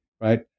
right